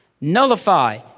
Nullify